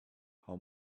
how